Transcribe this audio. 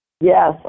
Yes